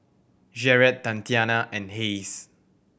Jarret Tatiana and Hayes